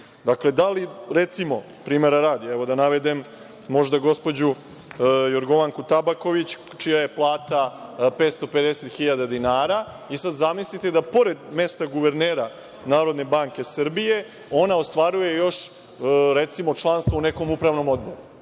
primanja. Da li recimo, primera radi, da navedem možda gospođu Jorgovanku Tabaković, čija je plata 550.000 dinara, e sada zamislite da pored mesta guvernera NBS ona ostvaruje još recimo članstvo u nekom upravnom odboru,